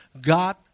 God